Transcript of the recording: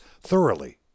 thoroughly